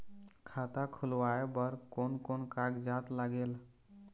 खाता खुलवाय बर कोन कोन कागजात लागेल?